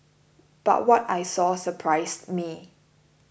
but what I saw surprised me